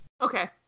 Okay